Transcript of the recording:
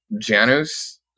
Janus